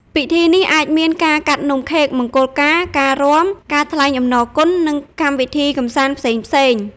ពិធីនេះអាចមានការកាត់នំខេកមង្គលការ ការរាំ ការថ្លែងអំណរគុណ និងកម្មវិធីកម្សាន្តផ្សេងៗ ។